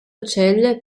celle